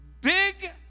big